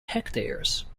hectares